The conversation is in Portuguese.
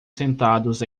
sentados